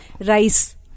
Rice